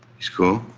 he's cool?